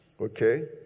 okay